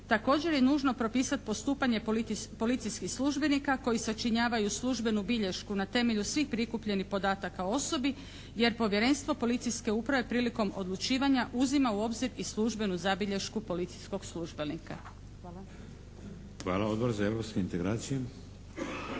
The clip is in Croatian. Također je nužno propisati postupanje policijskih službenika koji sačinjavaju službenu bilješku na temelju svih prikupljenih podataka o osobi jer Povjerenstvo policijske uprave prilikom odlučivanja uzima u obzir i službenu zabilješku policijskog službenika. Hvala. **Šeks, Vladimir